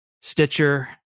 Stitcher